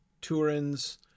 Turin's